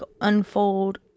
unfold